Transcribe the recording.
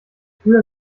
früher